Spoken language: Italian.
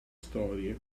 storie